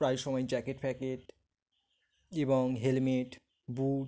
প্রায় সময় জ্যাকেট ফ্যাকেট এবং হেলমেট বুট